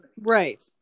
Right